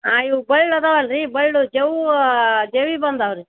ಹಾಂ ಇವು ಬಳ್ ಅದಾವಲ್ಲ ರೀ ಬಳ್ಳು ಜವ್ ಬಂದಾವೆ ರೀ